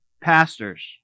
Pastors